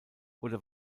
oder